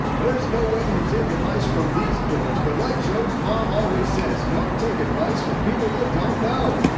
there's no way you take advice from these dorks, but like joe's mom always says, don't take advice from people you don't know.